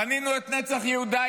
בנינו את נצח יהודה.